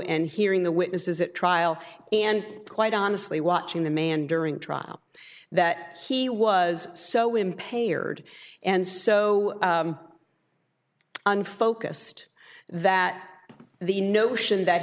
and hearing the witnesses at trial and quite honestly watching the man during trial that he was so impaired and so unfocussed that the notion that